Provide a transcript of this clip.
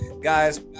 guys